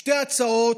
שתי הצעות,